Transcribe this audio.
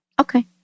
Okay